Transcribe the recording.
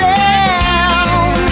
down